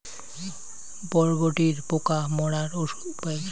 বরবটির পোকা মারার উপায় কি?